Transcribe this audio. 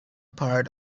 part